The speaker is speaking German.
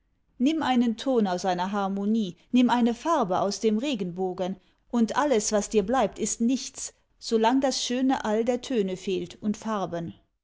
nimm einen ton aus einer harmonie nimm eine farbe aus dem regenbogen und alles was dir bleibt ist nichts solang das schöne all der töne fehlt und farben